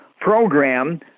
program